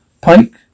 Pike